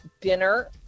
dinner